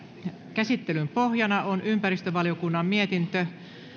käsittelyn pohjana on ympäristövaliokunnan mietintö